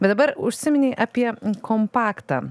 bet dabar užsiminei apie kompaktą